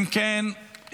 אם כן,